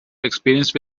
experience